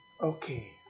okay